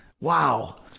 Wow